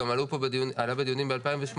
גם עלה בדיונים ב-2018,